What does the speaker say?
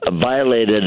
violated